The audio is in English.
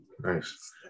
Nice